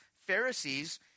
pharisees